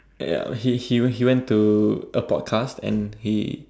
ya he he he went to a podcast and he